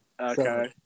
Okay